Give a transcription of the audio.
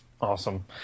Awesome